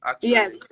Yes